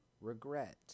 Regret